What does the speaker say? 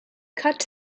cut